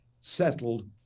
settled